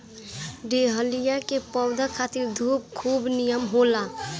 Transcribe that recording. dahlia के पौधा खातिर धूप खूब निमन होला